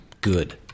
good